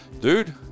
dude